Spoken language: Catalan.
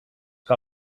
que